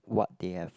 what they have